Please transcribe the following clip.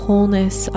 Wholeness